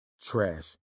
trash